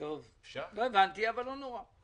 לא הבנתי, אבל לא נורא.